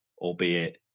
albeit